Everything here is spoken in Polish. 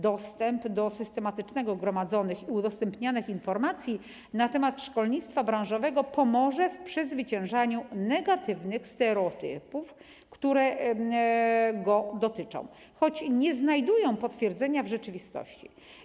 Dostęp do systematycznie gromadzonych i udostępnianych informacji na temat szkolnictwa branżowego pomoże w przezwyciężaniu negatywnych stereotypów, które go dotyczą, choć nie znajdują potwierdzenia w rzeczywistości.